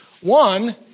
One